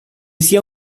sia